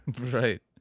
Right